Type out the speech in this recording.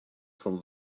from